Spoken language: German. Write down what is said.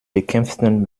bekämpften